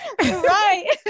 Right